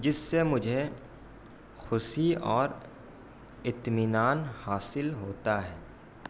جس سے مجھے خوشی اور اطمینان حاصل ہوتا ہے